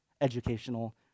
educational